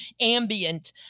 ambient